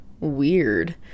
weird